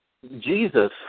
Jesus